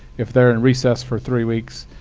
if they're in recess for three weeks,